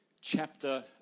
chapter